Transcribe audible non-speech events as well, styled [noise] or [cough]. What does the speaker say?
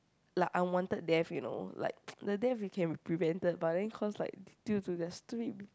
like unwanted death you know like [noise] the death can be prevented but then cause like due to the stupid